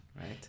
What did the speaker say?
right